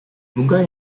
bunga